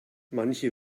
manche